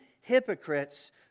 hypocrites